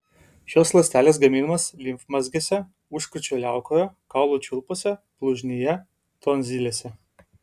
šios ląstelės gaminamos limfmazgiuose užkrūčio liaukoje kaulų čiulpuose blužnyje tonzilėse